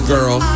Girl